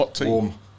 warm